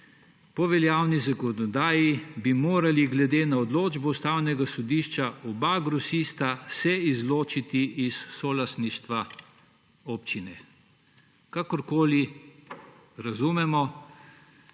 »Po veljavni zakonodaji bi morali glede na odločbo Ustavnega sodišča oba grosista izločiti iz solastništva občine.« Kakorkoli razumemo,